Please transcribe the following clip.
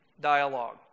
dialogue